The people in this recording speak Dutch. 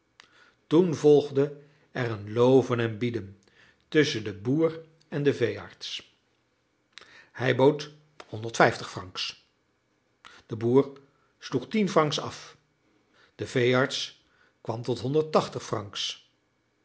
toen volgde er een loven en bieden tusschen den boer en den veearts hij bood honderd vijftig francs de boer sloeg tien francs af de veearts kwam tot honderd tachtig